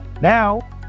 Now